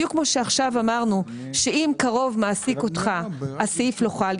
בדיוק כמו שעכשיו אמרנו שאם קרוב מעסיק אותך הסעיף לא חל,